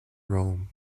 rome